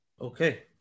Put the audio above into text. Okay